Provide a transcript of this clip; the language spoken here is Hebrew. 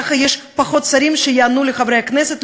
ככה יש פחות שרים שיענו לחברי הכנסת,